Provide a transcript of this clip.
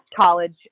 college